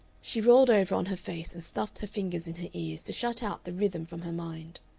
she rolled over on her face, and stuffed her fingers in her ears to shut out the rhythm from her mind.